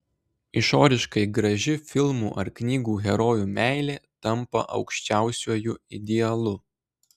išoriškai graži filmų ar knygų herojų meilė tampa aukščiausiuoju idealu